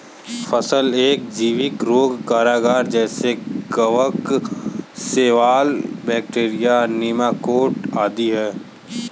फसल के जैविक रोग कारक जैसे कवक, शैवाल, बैक्टीरिया, नीमाटोड आदि है